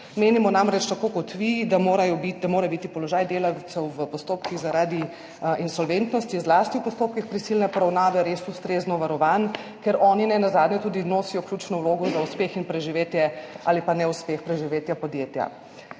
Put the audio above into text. Menimo namreč, tako kot vi, da mora biti položaj delavcev v postopkih zaradi insolventnosti, zlasti v postopkih prisilne poravnave res ustrezno varovan, ker oni nenazadnje tudi nosijo ključno vlogo za uspeh in preživetje ali pa neuspeh preživetja podjetja.